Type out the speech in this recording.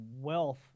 wealth